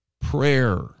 Prayer